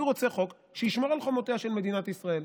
אני רוצה חוק שישמור על חומותיה של מדינת ישראל.